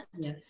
yes